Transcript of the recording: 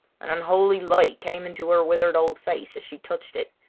an unholy light came into her withered old face, as she touched it.